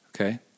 Okay